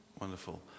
Wonderful